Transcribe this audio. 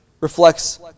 reflects